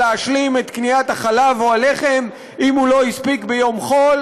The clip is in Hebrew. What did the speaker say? להשלים את קניית החלב או הלחם אם הוא לא הספיק ביום חול.